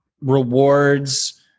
rewards